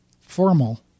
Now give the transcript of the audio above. formal